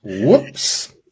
Whoops